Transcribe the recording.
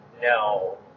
no